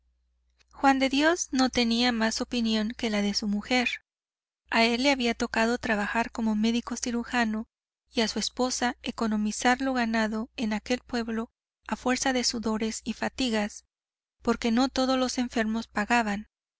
juan de dios no tenía más opinión que la de su mujer a él le había tocado trabajar como médico cirujano y a su esposa economizar lo ganado en aquel pueblo a fuerza de sudores y fatigas porque no todos los enfermos pagaban